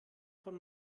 von